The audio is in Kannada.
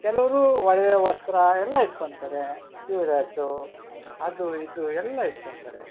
ಕೆಲವರು ಒಡವೆ ವಸ್ತ್ರ ಎಲ್ಲ ಇಟ್ಕೊತಾರೆ ಚೂಡಿದಾರ್ಸು ಅದು ಇದು ಎಲ್ಲ ಇಟ್ಕೊತಾರೆ